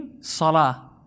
Salah